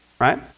right